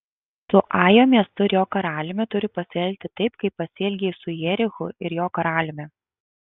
su ajo miestu ir jo karaliumi turi pasielgti taip kaip pasielgei su jerichu ir jo karaliumi